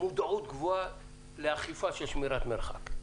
מודעות גבוהה לאכיפה של שמירת מרחק.